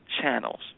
channels